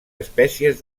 espècies